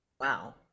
wow